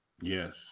Yes